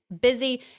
busy